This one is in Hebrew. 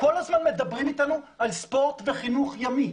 כל הזמן מדברים אתנו על ספורט וחינוך ימי.